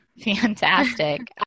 Fantastic